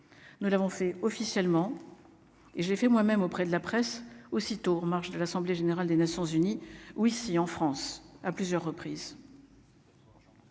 nous l'avons fait officiellement et j'ai fait moi-même auprès de la presse aussitôt en marge de l'assemblée générale des Nations unies, ou ici en France, à plusieurs reprises.